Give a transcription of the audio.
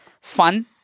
fun